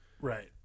Right